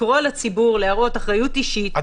לקרוא לציבור לגלות אחריות אישית וערבות הדדית.